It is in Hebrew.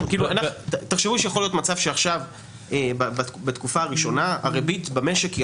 תחשבו שיכול להיות מצב שעכשיו בתקופה הראשונה הריבית במשק היא